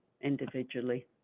individually